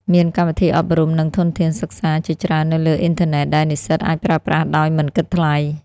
មានកម្មវិធីអប់រំ និងធនធានសិក្សាជាច្រើននៅលើអ៊ីនធឺណិតដែលនិស្សិតអាចប្រើប្រាស់ដោយមិនគិតថ្លៃ។